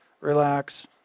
Relax